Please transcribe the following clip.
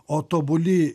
o tobuli